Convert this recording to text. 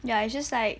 ya it's just like